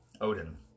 Odin